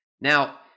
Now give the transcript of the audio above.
Now